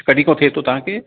कॾहिं खों थिए थो तव्हांखे